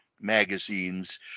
magazines